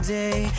day